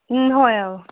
চিন হয় আৰু